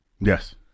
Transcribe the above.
Yes